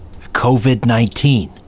COVID-19